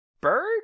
bird